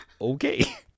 Okay